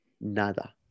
nada